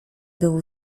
był